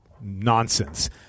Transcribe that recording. nonsense